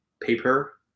paper